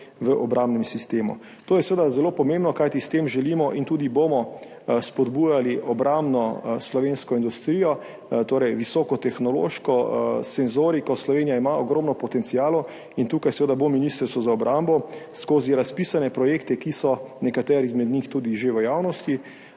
v obrambnem sistemu. To je seveda zelo pomembno, kajti s tem želimo in tudi bomo spodbujali obrambno slovensko industrijo, torej visokotehnološko senzoriko. Slovenija ima ogromno potencialov in tukaj bo Ministrstvo za obrambo skozi razpisane projekte, nekateri izmed njih tudi že v javnosti,